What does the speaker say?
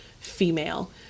female